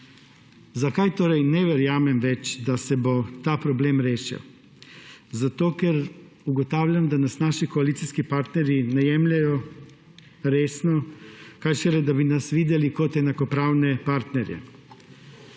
Zakaj torej ne verjamem več, da se bo ta problem rešil? Zato, ker ugotavljam, da nas naši koalicijski partnerji ne jemljejo resno, kaj šele da bi nas videli kot enakopravne partnerje.